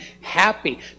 happy